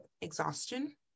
exhaustion